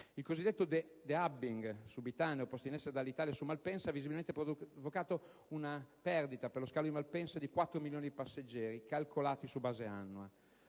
Il cosiddetto *de-hubbing* subitaneo posto in essere da Alitalia su Malpensa ha visibilmente provocato una perdita per lo scalo di Malpensa di 4 milioni di passeggeri calcolati su base annua,